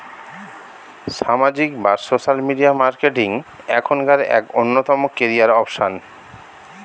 সামাজিক বা social media marketing এখনকার এক অন্যতম ক্যারিয়ার অপশন